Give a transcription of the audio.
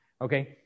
okay